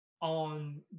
on